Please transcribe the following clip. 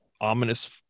ominous